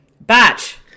Batch